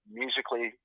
musically